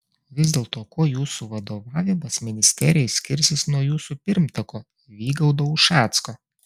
vis dėlto kuo jūsų vadovavimas ministerijai skirsis nuo jūsų pirmtako vygaudo ušacko